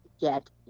get